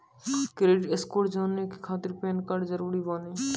Credit score जाने के खातिर पैन कार्ड जरूरी बानी?